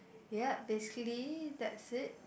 ya basically that's it